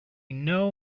know